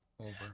Over